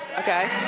okay.